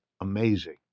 amazing